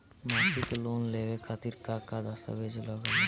मसीक लोन लेवे खातिर का का दास्तावेज लग ता?